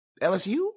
LSU